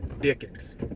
Dickens